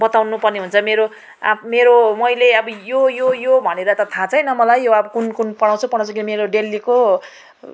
बताउनुपर्ने हुन्छ मेरो आ मेरो मैले मेरो यो यो भनेर त थाहा छैन मलाई यो अब कुन कुन पढाउँछ पढाउँछ कि मेरो यो डेलीको